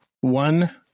one